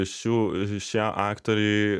šių šie aktoriai